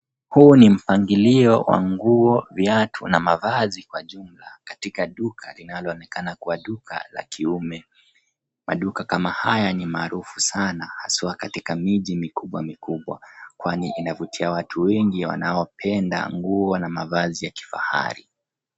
Huu ni mpangilio wa nguo , viatu na mavazi kwa jumla katika duka linaloonekana kuwa duka la kiume. Maduka kama haya ni maarufu sana haswa katika miji mikubwa mikubwa. Kwani inavutia watu wengi wanaopenda nguo na mavazi ya kifahari.